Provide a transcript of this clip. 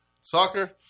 Soccer